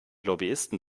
lobbyisten